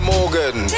Morgan